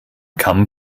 kamm